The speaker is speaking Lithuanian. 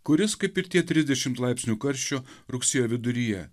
kuris kaip ir tie trisdešimt laipsnių karščio rugsėjo viduryje